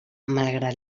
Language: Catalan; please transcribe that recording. malgrat